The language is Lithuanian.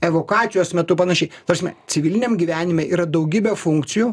evakuacijos metu panašiai prasme civiliniam gyvenime yra daugybė funkcijų